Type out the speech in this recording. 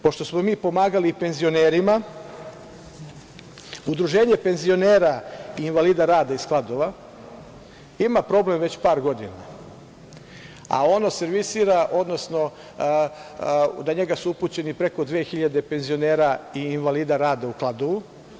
Pošto smo mi pomagali penzionerima, Udruženje penzionera i invalida rada iz Kladova ima problem već par godina, a ono servisira, odnosno na njega su upućeni preko 2500 penzionera i invalida rada u Kladovu.